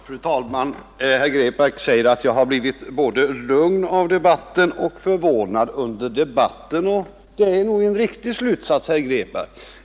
Fru talman! Herr Grebäck säger att jag har blivit både lugn av debatten och förvånad under debatten, och det är nog en riktig slutsats, herr Grebäck.